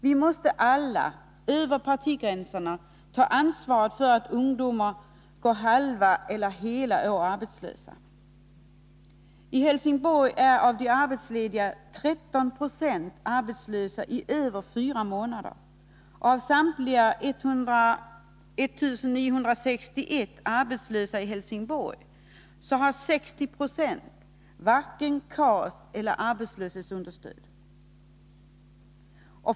Vi måste alla — över partigränserna — ta ansvaret för det förhållandet att ungdomar nu går halva eller hela år arbetslösa. I Helsingborg är 30 20 av de arbetslediga arbetslösa i över fyra månader, och av samtliga 1 961 arbetslösa i Helsingborg får 60 26 varken kontant arbetsmarknadsstöd — KAS -— eller arbetslöshetsunderstöd.